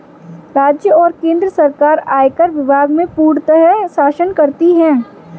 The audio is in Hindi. राज्य और केन्द्र सरकार आयकर विभाग में पूर्णतयः शासन करती हैं